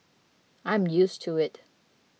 I am used to it